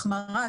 החמרה,